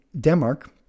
Denmark